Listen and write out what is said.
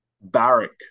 Barrack